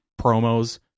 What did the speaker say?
promos